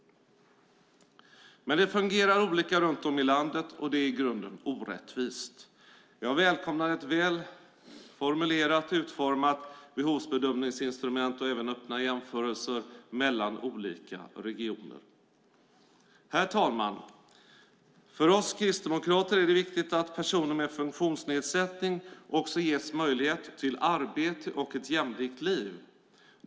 Det fungerar olika runt om i landet och det är i grunden orättvist. Jag välkomnar ett väl utformat behovsbedömningsinstrument och även öppna jämförelser mellan olika regioner. Herr talman! För oss kristdemokrater är det viktigt att personer med funktionsnedsättning också ges möjlighet till arbete och ett jämlikt liv.